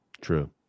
true